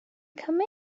come